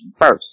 first